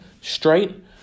straight